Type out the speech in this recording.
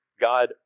God